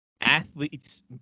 athletes